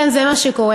כן, זה מה שקורה.